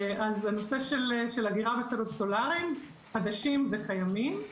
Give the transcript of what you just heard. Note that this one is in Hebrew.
אז זה לגבי הנושא של אגירה בשדות סולאריים חדשים וקיימים.